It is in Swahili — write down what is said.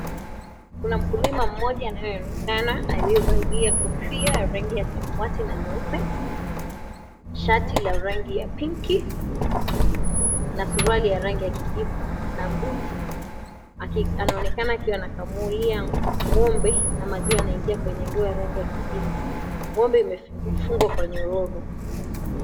Kuna mkulima mmoja anayoonekana aliyevalia kofia ya rangi ya samawati na nyeupe shati la rangi ya pinki na suruali ya rangi ya kijivu na buti anaonekana akiwa anakamulia ng'ombe na maziwa yanaingia kwenye ndoo ya rangi ya kijivu. Ng'ombe imefungwa kwa nyororo.